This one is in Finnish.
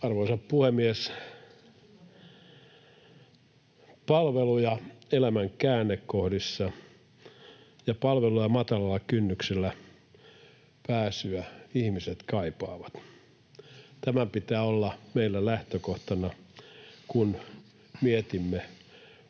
Arvoisa puhemies! Palveluja elämän käännekohdissa, ja palveluja matalalla kynnyksellä. Niihin pääsyä ihmiset kaipaavat. Tämän pitää olla meillä lähtökohtana, kun mietimme